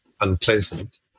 unpleasant